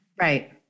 right